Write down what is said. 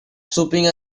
swooping